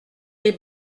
les